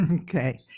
okay